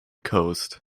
coast